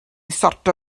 sortio